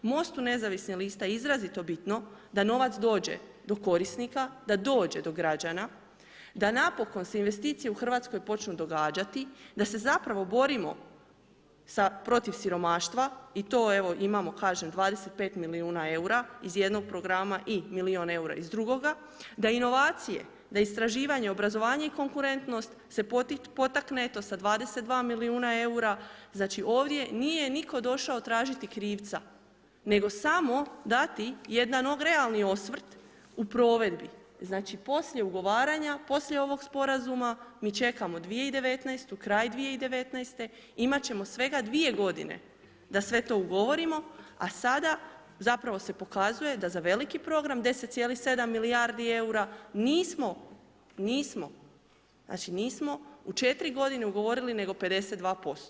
MOST-u nezavisnih lista izrazito je bitno da novac dođe do korisnika, da dođe do građana, da napokon se investicije u Hrvatskoj počnu događati, da se zapravo borimo protiv siromaštva, i to imamo evo kažem 25 milijuna eura iz jednog programa i milijun eura iz drugoga, da inovacije, da istraživanje, obrazovanje i konkurentnost se potakne i to sa 22 milijuna eura, znači ovdje nije nitko došao tražiti krivca nego samo dati jedan realni osvrt u provedbi, znači poslije ugovaranja, poslije ovog sporazuma, mi čekamo 2019., kraj 2019., imat ćemo svega 2 g. da sve to ugovorimo a sada zapravo se pokazuje da za veliki program 10,7 milijardi eura, nismo, znači nismo u 4 g. ugovorili nego 52%